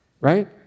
Right